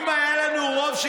באיזה עמוד?